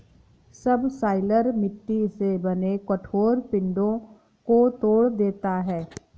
subsoiler मिट्टी से बने कठोर पिंडो को तोड़ देता है